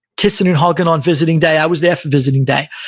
kissing and hugging on visiting day. i was there for visiting day.